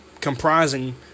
comprising